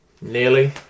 nearly